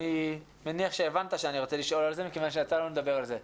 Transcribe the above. אני מניח שהבנת שאני רוצה לשאול על זה כיוון שיצא לנו לדבר על זה.